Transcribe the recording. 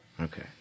Okay